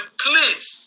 please